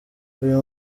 uyu